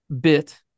bit